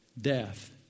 death